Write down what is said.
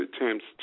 attempts